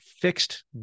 fixed